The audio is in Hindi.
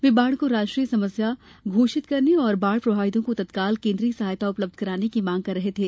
वे बाढ़ को राष्ट्रीय समस्या घोषित करने और बाढ़ प्रभावितों को तत्काल केन्द्रीय सहायता उपलब्ध कराने की मांग कर रहे थे